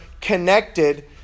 connected